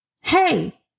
Hey